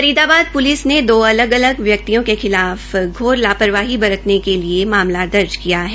Faridabad police ने दो अलग अलग व्यक्तियों के खिलाफ घोर लापरवाही बरतने के लिए मामला दर्ज किया है